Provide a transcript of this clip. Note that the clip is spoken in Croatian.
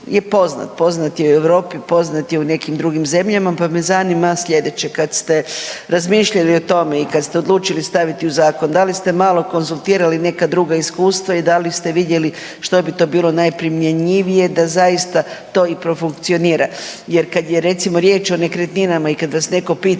je poznat. Poznat je u Europi. Poznat je i u nekim drugim zemljama, pa me zanima sljedeće. Kada ste razmišljali o tome i kada ste odlučili staviti u zakon da li ste malo konzultirali neka druga iskustva i da li ste vidjeli što bi to bilo najprimjenjivije da zaista to i profunkcionira? Jer kada je recimo riječ o nekretninama i kada vas netko pita